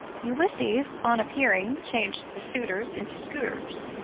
ulysses, on appearing, changed the suitors into scooters